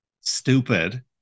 stupid